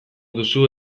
duzu